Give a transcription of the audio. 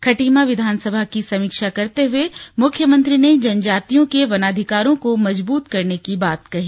खटीमा विधानसभा की समीक्षा करते हुए मुख्यमंत्री ने जनजातियों के वनाधिकारों को मजबूत करने की बात कही